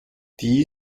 die